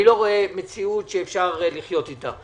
אני לא רואה מציאות שאפשר לחיות אתה.